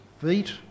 feet